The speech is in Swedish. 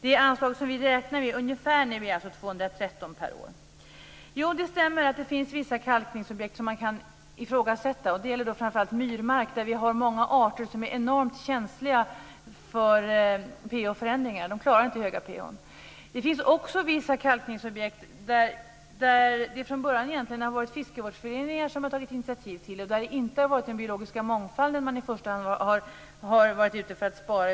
Det anslag som vi räknar med är alltså ungefär 213 miljoner per år. Det stämmer att det finns vissa kalkningsobjekt som man kan ifrågasätta. Det gäller framför allt myrmark, där det finns många arter som är enormt känsliga för pH-förändringar. De klarar inte höga pH:n. Det finns också vissa kalkningsobjekt där det från början har varit fiskevårdsföreningar som har tagit initiativ. Där har det inte varit den biologiska mångfalden som man i första hand har varit ute för att spara.